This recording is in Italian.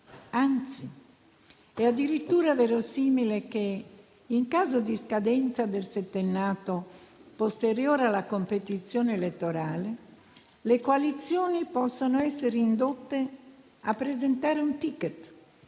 Anzi, è addirittura verosimile che, in caso di scadenza del settennato posteriore alla competizione elettorale, le coalizioni possano essere indotte a presentare un *ticket*